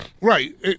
Right